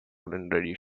radiation